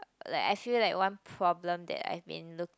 like I feel like one problem that I been look